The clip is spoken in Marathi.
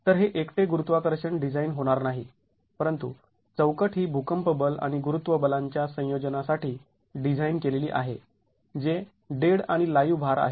तर हे एकटे गुरुत्वाकर्षण डिझाईन होणार नाही परंतु चौकट ही भूकंप बल आणि गुरुत्व बलांच्या संयोजनासाठी डिझाईन केलेली आहे जे डेड आणि लाईव्ह भार आहेत